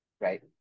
Right